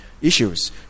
issues